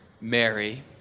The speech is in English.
Mary